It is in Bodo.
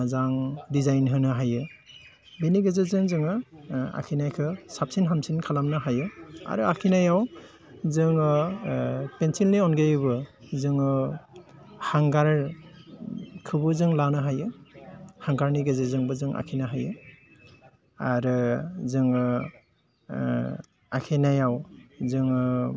मोजां दिजाइन होनो हायो बेनि गेजेरजों जोङो आखिनायखो साबसिन हामसिन खालामनो हायो आरो आखिनायाव जोङो पेन्सिलनि अनगायैबो जोङो हांगार खौबो जों लानो हायो हांगारनि गेजेरजोंबो जों आखिनो हायो आरो जोङो आखिनायाव जोङो